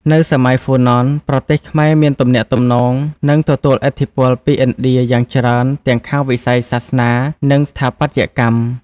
នៅសម័យហ្វូណនប្រទេសខ្មែរមានទំនាក់ទំនង និងទទួលឥទ្ធិពលពីឥណ្ឌាយ៉ាងច្រើនទាំងខាងវិស័យសាសនា និងស្ថាបត្យកម្ម។